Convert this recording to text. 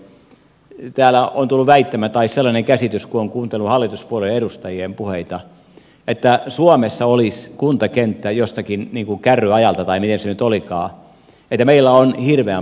täällä on tullut väittämä tai sellainen käsitys kun on kuunnellut hallituspuolueen edustajien puheita että suomessa olisi kuntakenttä jostakin kärryajalta tai miten se nyt olikaan että meillä on hirveän paljon kuntia